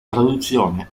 traduzione